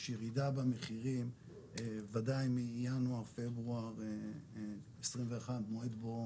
יש ירידה במחירים וודאי מינואר פברואר 2021 מועד בו